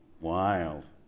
wild